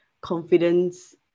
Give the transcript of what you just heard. confidence